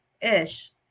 ish